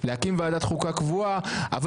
יעקב אשר